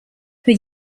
für